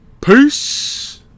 Peace